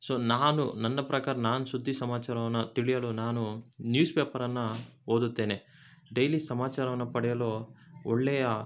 so ನಾನು ನನ್ನ ಪ್ರಕಾರ ನಾನು ಸುದ್ದಿ ಸಮಾಚಾರವನ್ನು ತಿಳಿಯಲು ನಾನು ನ್ಯೂಸ್ ಪೇಪರನ್ನು ಓದುತ್ತೇನೆ ಡೈಲಿ ಸಮಾಚಾರವನ್ನು ಪಡೆಯಲು ಒಳ್ಳೆಯ